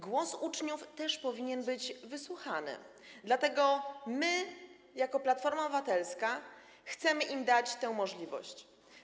Głos uczniów też powinien być wysłuchany, dlatego my jako Platforma Obywatelska chcemy im dać tę możliwość.